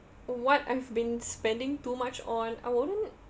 what I've been spending too much on I won't